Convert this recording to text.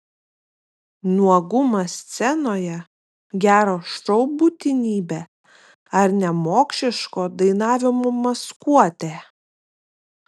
nuogumas scenoje gero šou būtinybė ar nemokšiško dainavimo maskuotė